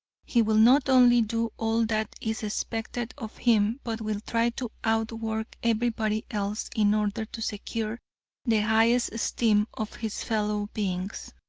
he will not only do all that is expected of him, but will try to out-work everybody else in order to secure the highest esteem of his fellow beings.